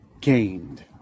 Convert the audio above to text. gained